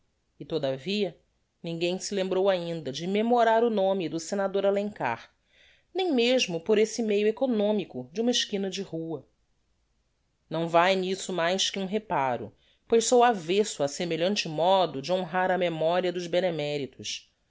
e todavia ninguem se lembrou ainda de memorar o nome do senador alencar nem mesmo por esse meio economico de uma esquina de rua não vai nisso mais que um reparo pois sou avesso á semelhante modo de honrar a memoria dos benemeritos